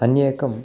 अन्येकम्